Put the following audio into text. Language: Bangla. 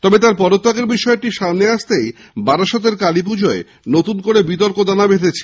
তবে তাঁর পদত্যাগের বিষয়টি সামনে আসতেই বারাসাতের কালীপুজোয় নতুন করে বিতর্ক দানা বেঁধেছে